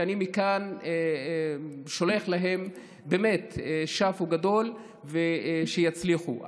ואני מכאן שולח להן באמת שאפו גדול ושיצליחו,